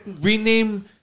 rename